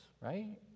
right